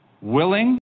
willing